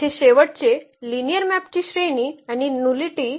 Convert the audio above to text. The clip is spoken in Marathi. येथे शेवटचे लिनिअर मॅपची श्रेणी आणि नुलीटी